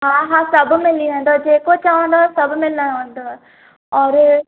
हा हा सभ मिली वेंदव जेको चवंदव सभ मिली वेंदव और